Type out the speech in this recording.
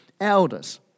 elders